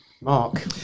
mark